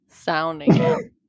sounding